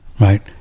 right